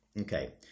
Okay